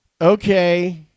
Okay